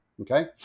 Okay